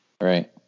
Right